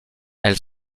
elle